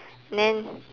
then